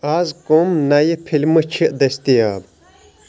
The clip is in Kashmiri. آز کوٚم نَیِہ فِلمہٕ چِھ دٔستِیاب؟